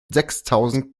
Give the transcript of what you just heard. sechstausend